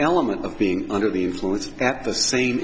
element of being under the influence at the same